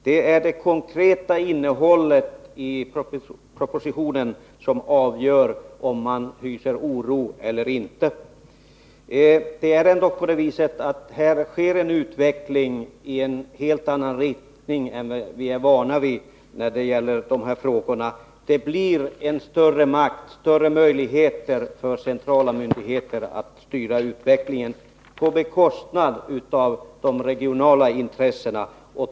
Det är det konkreta innehållet i propositionen som avgör om man hyser oro eller inte. Och här går ändå utvecklingen i en helt annan riktning än den vi är vana vid när det gäller dessa frågor. Det blir större möjligheter för en central myndighet att styra utvecklingen på bekostnad av de regionala intressena.